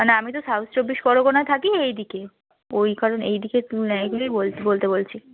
মানে আমি তো সাউথ চব্বিশ পরগনায় থাকি এই দিকে ওই কারণে এই দিকে এইগুলোই বোল বলতে বলছি